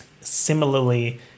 Similarly